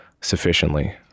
sufficiently